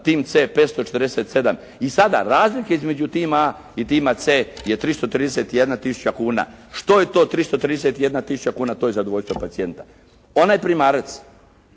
tim C 547 i sada razlika između tima A i tima C je 331000 kuna. Što je to 331000 kuna. To je zadovoljstvo pacijenta. Onaj primarac